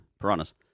piranhas